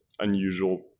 unusual